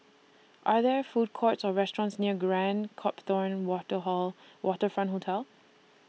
Are There Food Courts Or restaurants near Grand Copthorne Water Hall Waterfront Hotel